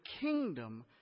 kingdom